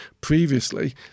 previously